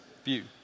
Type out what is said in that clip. view